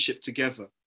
together